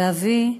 ואבי,